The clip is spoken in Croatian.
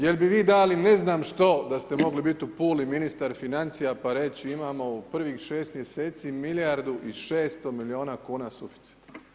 Jel' bi vi dali ne znam što da ste mogli biti u Puli ministar financija pa reći imamo u prvih 6 mjeseci milijardu i 600 milijuna kuna suficit?